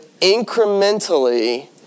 incrementally